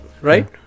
Right